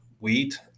wheat